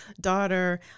daughter